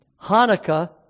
Hanukkah